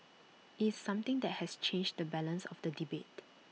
it's something that has changed the balance of the debate